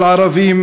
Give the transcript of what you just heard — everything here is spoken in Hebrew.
של ערבים.